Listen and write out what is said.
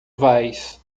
vais